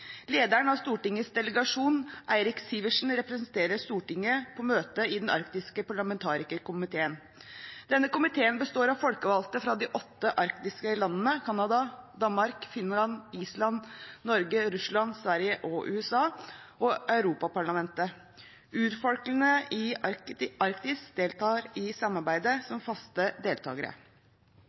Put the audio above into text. Lederen av Stortingets delegasjon, Eirik Sivertsen, representerer Stortinget på møtene i Den arktiske parlamentarikerkomiteen. Denne komiteen består av folkevalgte fra de åtte arktiske landene – Canada, Danmark, Finland, Island, Norge, Russland, Sverige og USA – og Europaparlamentet. Urfolkene i Arktis deltar i samarbeidet